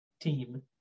team